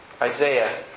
Isaiah